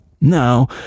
Now